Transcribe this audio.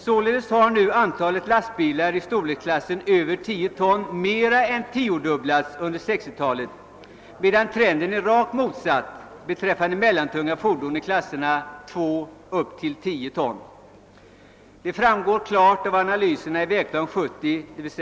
Således har nu antalet lastbilar i storleksklassen över 10 ton mer än tiodubblats under 1960 talet, medan trenden är rakt motsatt beträffande mellantunga fordon i klasserna 2—10 ton. Det framgår klart av analyserna i Vägplan 70 .